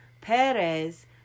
Perez